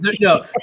no